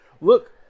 Look